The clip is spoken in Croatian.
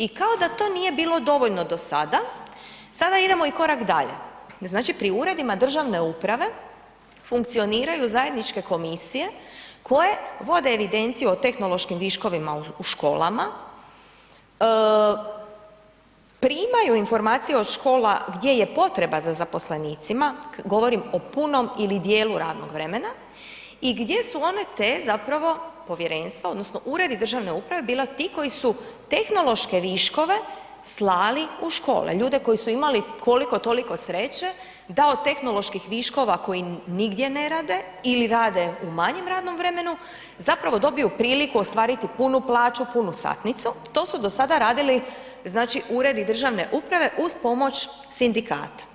I kao da to nije bilo dovoljno do sada, sada idemo i korak dalje, znači pri uredima državne uprave funkcioniraju zajedničke komisije koje vode evidenciju o tehnološkim viškovima u školama, primaju informacije od škola gdje je potreba za zaposlenicima, govorim o punom ili djelu radnog vremena i gdje su one te zapravo povjerenstva odnosno uredi državne uprave bili ti koji su tehnološke viškove slali u škole, ljude koji su imali koliko-toliko sreće da o d tehnoloških viškova koji im nigdje ne rade ili rade u manjem radnom vremenu, zapravo dobiju priliku ostvariti punu plaću, punu stanicu, to su do sada radili uredi državne uprave uz pomoć sindikata.